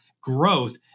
growth